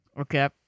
Okay